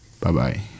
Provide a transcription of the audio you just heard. Bye-bye